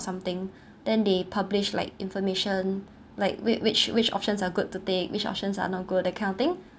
something then they publish like information like whi~ which which options are good to take which options are not good that kind of thing